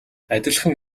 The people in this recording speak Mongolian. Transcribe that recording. адилхан